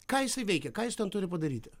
ką jisai veikia ką jis ten turi padaryti